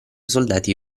soldati